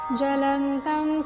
Jalantam